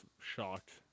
shocked